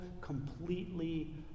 completely